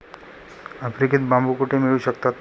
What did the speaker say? आफ्रिकेत बांबू कुठे मिळू शकतात?